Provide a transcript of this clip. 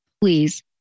please